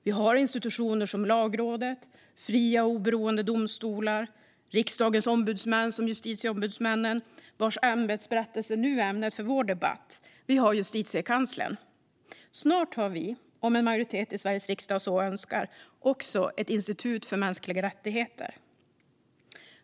Vi har institutioner som Lagrådet, fria och oberoende domstolar och Riksdagens ombudsmän med justitieombudsmännen, vars ämbetsberättelse nu är ämnet för vår debatt. Vi har Justitiekanslern. Snart har vi, om en majoritet i Sveriges riksdag så önskar, också ett institut för mänskliga rättigheter.